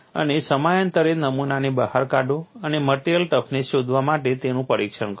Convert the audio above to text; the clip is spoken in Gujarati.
અને સમયાંતરે નમૂનાને બહાર કાઢો અને મટીરીયલ ટફનેસ શોધવા માટે તેનું પરીક્ષણ કરો